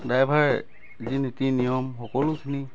driver যি নীতি নিয়ম সকলোখিনি